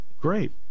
Great